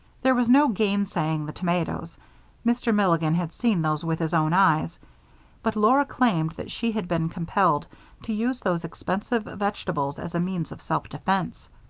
there was no gainsaying the tomatoes mr. milligan had seen those with his own eyes but laura claimed that she had been compelled to use those expensive vegetables as a means of self-defense.